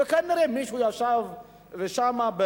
וכנראה מישהו ישב שם,